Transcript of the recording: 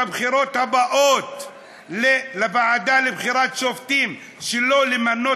בבחירות הקרובות לוועדה לבחירת שופטים שלא למנות